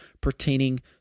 pertaining